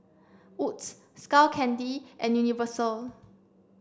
Wood's Skull Candy and Universal